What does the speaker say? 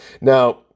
Now